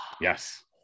yes